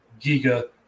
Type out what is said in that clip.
Giga